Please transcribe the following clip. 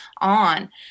on